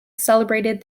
celebrated